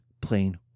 plain